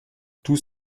tous